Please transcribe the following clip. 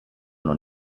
non